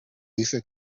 dice